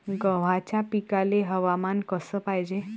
गव्हाच्या पिकाले हवामान कस पायजे?